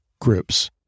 groups